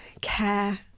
care